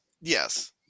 Yes